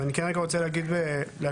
וכרגע אני רוצה להקדים,